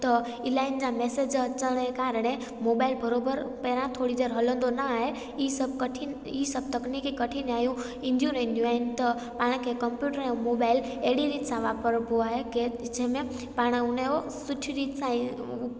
त इलाहिनि जा मेसेज अचण जे कारणे मोबाइल बराबरि पहिरां थोरी देरि हलंदो न आहे ई सभु कठिन ई सभ तकनीकी कठिनायूं ईंदियूं रहंदियूं आहिनि त पाण खे कम्पयूटर ऐं मोबाइल अहिड़ी रीत सां वापरिबो आहे कंहिं जंहिं में पाणि हुनजो सुठी रीत सां ई